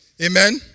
Amen